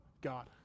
God